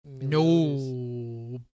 No